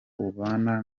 ubana